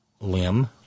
limb